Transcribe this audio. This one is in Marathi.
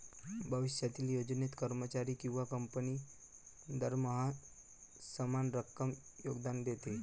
भविष्यातील योजनेत, कर्मचारी किंवा कंपनी दरमहा समान रक्कम योगदान देते